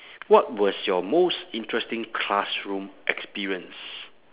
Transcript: what was your most interesting classroom experience